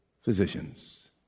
physicians